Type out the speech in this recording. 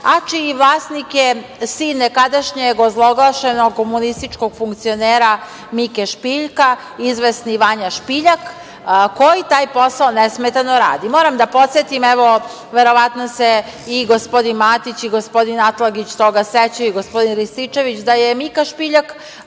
a čiji vlasnik je sin nekadašnje ozloglašenog komunističkom funkcionera Mike Špiljka, izvesni Vanja Špiljak, koji taj posao nesmetano radi. Moram da podsetim, evo, verovatno se i gospodin Matić i gospodin Atlagić toga sećaju i gospodin Rističević, da je Mika Špiljak,